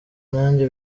nanjye